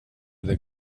the